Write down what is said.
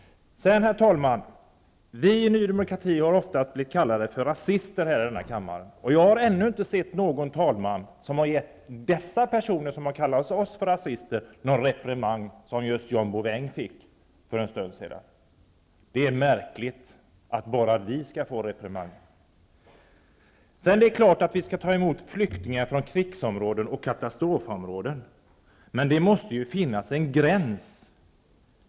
Herr talman! Vi i Ny demokrati har ofta blivit kallade för rasister i denna kammare. Jag har ännu inte sett någon talman som gett de personer som kallat oss för rasister någon reprimand, som ju John Bouvin fick för en stund sedan. Det är märkligt att bara vi skall få reprimander. Naturligtvis skall vi ta emot flyktingar från krigsoch katastrofområden. Men det måste ju finnas en gräns.